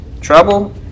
Trouble